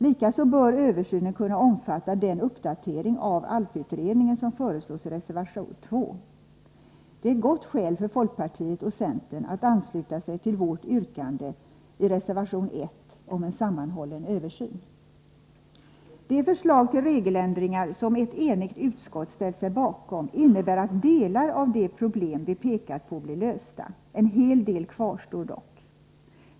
Likaså bör översynen kunna omfatta den uppdatering av ALF-utredningen som föreslås i reservation 2. Det är ett gott skäl för folkpartiet och centern att ansluta sig till vårt yrkande i reservation 1 om en sammanhållen översyn. De förslag till regeländringar som ett enigt utskott ställt sig bakom innebär att delar av de problem vi pekat på blir lösta. En hel del kvarstår dock.